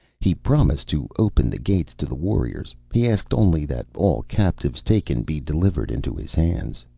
he promised to open the gates to the warriors. he asked only that all captives taken be delivered into his hands.